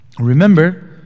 Remember